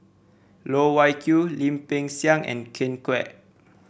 Loh Wai Kiew Lim Peng Siang and Ken Kwek